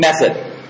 method